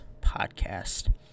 podcast